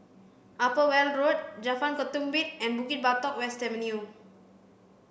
Upper Weld Road Jalan Ketumbit and Bukit Batok West Avenue